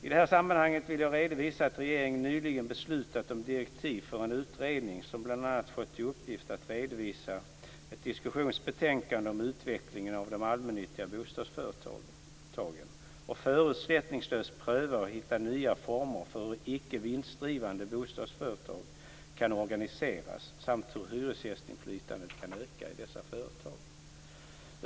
I detta sammanhang vill jag redovisa att regeringen nyligen beslutat om direktiv för en utredning som bl.a. fått till uppgift att redovisa ett diskussionsbetänkande om utveckling av de allmännyttiga bostadsföretagen och att förutsättningslöst pröva och hitta nya former för hur icke vinstdrivande bostadsföretag kan organiseras samt hur hyresgästernas inflytande kan öka i dessa företag.